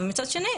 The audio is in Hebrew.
אבל מצד שני,